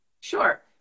Sure